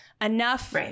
Enough